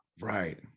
right